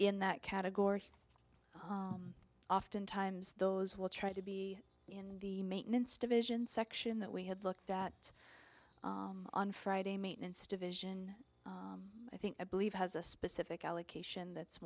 in that category oftentimes those will try to be in the maintenance division section that we had looked at on friday maintenance division i think i believe has a specific allocation that's